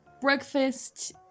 breakfast